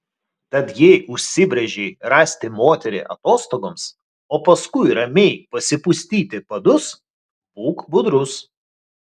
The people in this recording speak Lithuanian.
tad jei užsibrėžei rasti moterį atostogoms o paskui ramiai pasipustyti padus būk budrus